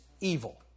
evil